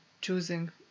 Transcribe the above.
choosing